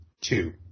Two